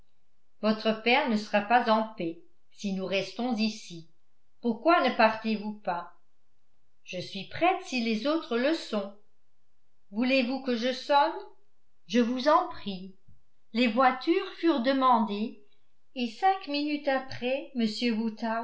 votre père ne sera pas en paix si nous restons ici pourquoi ne partez-vous pas je suis prête si les autres le sont voulez-vous que je sonne je vous en prie les voitures furent demandées et cinq minutes après